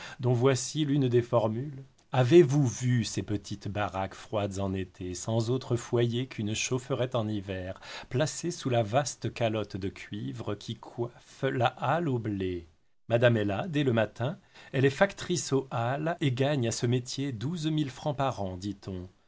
voici l'une des formules avez-vous vu ces petites baraques froides en été sans autre foyer qu'une chaufferette en hiver placées sous la vaste calotte de cuivre qui coiffe la halle au blé madame est là dès le matin elle est factrice aux halles et gagne à ce métier douze mille francs par an dit-on